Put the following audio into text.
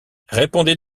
répondez